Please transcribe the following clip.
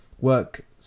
work